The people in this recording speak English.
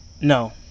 No